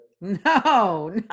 No